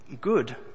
good